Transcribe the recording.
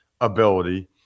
ability